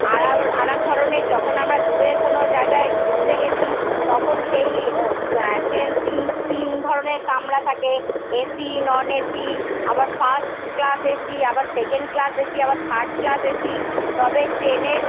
আর আবার আর এক ধরনের যখন আমরা দূরে কোনো জায়গায় ঘুরতে গিয়েছি তখন সেই ও ট্রেন তিন তিন ধরনের কামরা থাকে এসি নন এসি আবার ফার্স্ট ক্লাস এসি আবার সেকেন্ড ক্লাস এসি আবার থার্ড ক্লাস এসি তবে ট্রেনের